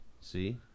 See